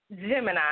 Gemini